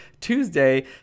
tuesday